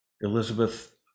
Elizabeth